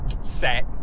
Set